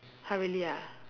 !huh! really ah